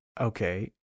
Okay